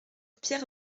pierre